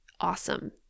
awesome